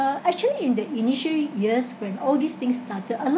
actually in the initial years when all these thing started a lot